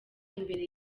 imbere